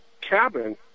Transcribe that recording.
cabin